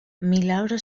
milagro